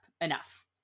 enough